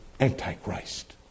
Antichrist